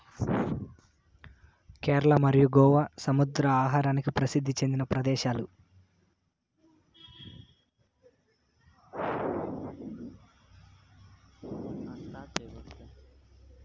కేరళ మరియు గోవా సముద్ర ఆహారానికి ప్రసిద్ది చెందిన ప్రదేశాలు